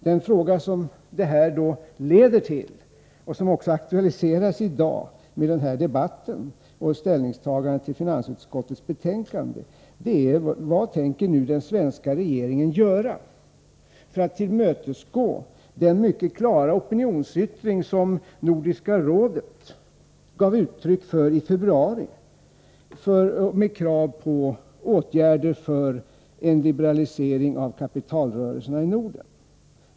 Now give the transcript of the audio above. Den fråga som detta leder till och som också aktualiseras i dag genom den här debatten om vårt ställningstagande till finansutskottets betänkande är: Vad tänker nu den svenska regeringen göra för att tillmötesgå den mycket klara opinionsyttring som Nordiska rådet gav uttryck för i februari, med krav på åtgärder för en liberalisering av kapitalrörelserna i Norden?